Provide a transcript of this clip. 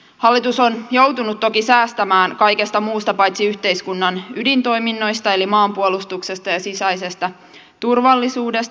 hallitus on joutunut toki säästämään kaikesta muusta paitsi yhteiskunnan ydintoiminnoista eli maanpuolustuksesta ja sisäisestä turvallisuudesta